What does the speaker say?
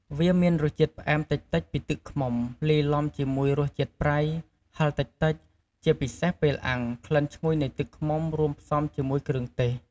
វាមានរសជាតិផ្អែមតិចៗពីទឹកឃ្មុំ លាយឡំជាមួយរសជាតិប្រៃ ហឹរតិចៗ ជាពិសេសពេលអាំង ក្លិនឈ្ងុយនៃទឹកឃ្មុំ រួមផ្សំជាមួយគ្រឿងទេស។